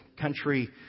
country